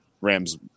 Rams